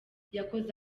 yakoze